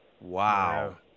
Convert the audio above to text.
Wow